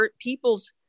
people's